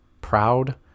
proud